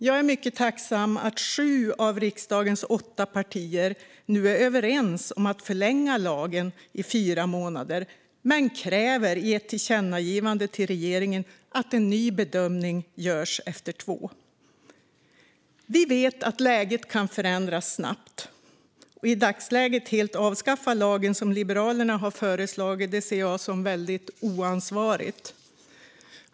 Jag är mycket tacksam över att sju av riksdagens åtta partier nu är överens om att förlänga lagen i fyra månader men i ett tillkännagivande till regeringen kräva att en ny bedömning ska göras efter två månader. Vi vet att läget kan förändras snabbt. Att i dagsläget helt avskaffa lagen, som Liberalerna har föreslagit, ser jag som väldigt oansvarigt.